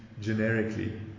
generically